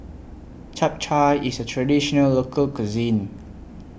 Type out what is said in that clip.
Chap Chai IS A Traditional Local Cuisine